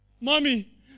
Mommy